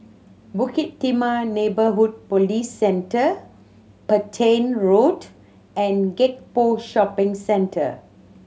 Bukit Timah Neighbourhood Police Centre Petain Road and Gek Poh Shopping Centre